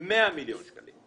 100 מיליון שקלים.